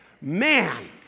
Man